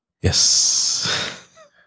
Yes